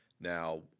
Now